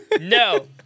no